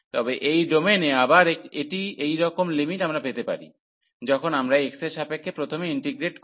তবে এই ডোমেনে আবার এটি একইরকম লিমিট আমরা পেতে পারি যখন আমরা x এর সাপেক্ষে প্রথমে ইন্টিগ্রেট করব